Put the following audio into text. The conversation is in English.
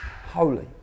holy